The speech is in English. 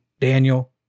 Daniel